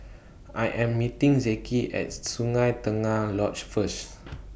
I Am meeting Zeke At Sungei Tengah Lodge First